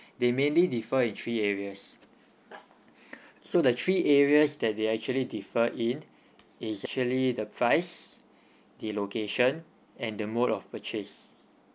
they maybe differ in three areas so the three areas that they actually differ in is actually the price the location and the mode of purchase